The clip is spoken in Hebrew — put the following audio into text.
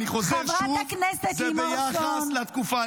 אני חוזר שוב: זה ביחס לתקופה.